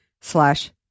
slash